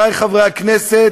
חברי חברי הכנסת,